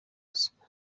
ruswa